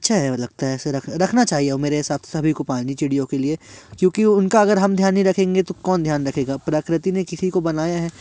अच्छा हैं लगता है रखना चाहिए मेरे हिसाब से सभी को पानी चिड़ियों के लिए क्योंकि उनका अगर हम ध्यान नहीं रखेंगे तो कौन ध्यान रखेगा प्रकृति ने किसी को बनाया है